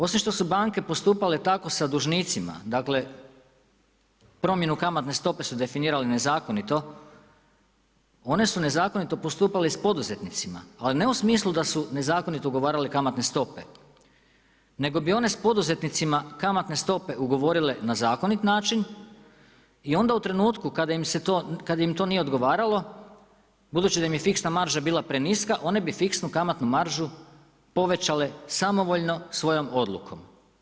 Osim što su banke postupale tako sa dužnicima, dakle promjenu kamatne stope su definirali nezakonito one su nezakonito postupale i s poduzetnicima ali ne u smislu da su nezakonito ugovarale kamatne stope nego bi one s poduzetnicima, kamatne stope ugovorile na zakonit način i onda u trenutku kada im se to, kada im to nije odgovaralo, budući da im je fiksna marža bila preniska one bi fiksnu kamatnu maržu povećale samovoljno svojom odlukom.